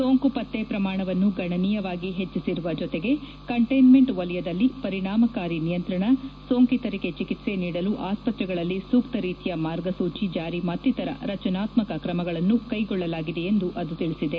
ಸೋಂಕು ಪತ್ತೆ ಪ್ರಮಾಣವನ್ನು ಗಣನೀಯವಾಗಿ ಹೆಚ್ಚಿಸಿರುವ ಜೊತೆಗೆ ಕಂಟೈನ್ಮೆಂಟ್ ವಲಯದಲ್ಲಿ ಪರಿಣಾಮಕಾರಿ ನಿಯಂತ್ರಣ ಸೋಂಕಿತರಿಗೆ ಚಿಕಿತ್ಪೆ ನೀಡಲು ಆಸ್ಪತ್ರೆಗಳಲ್ಲಿ ಸೂಕ್ತ ರೀತಿಯ ಮಾರ್ಗಸೂಚಿ ಜಾರಿ ಮತ್ತಿತರ ರಚನಾತ್ಮಕ ಕ್ರಮಗಳನ್ನು ಕೈಗೊಳ್ಳಲಾಗಿದೆ ಎಂದು ತಿಳಿಸಿದೆ